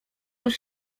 już